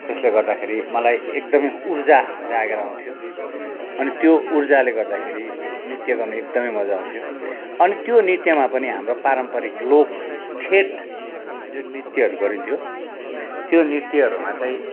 त्यसले गर्दाखेरि मलाई एकदमै उर्जा जागेर आउँथ्यो अनि त्यो उर्जाले गर्दाखेरि नृत्य गर्ने एकदमै मजा आउँथ्यो अनि त्यो नृत्यमा पनि हाम्रो पारम्परिक लोक ठेट जुन नृत्यहरू गरिन्थ्यो त्यो नृत्यहरूमा चाहिँ